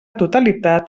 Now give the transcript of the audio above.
totalitat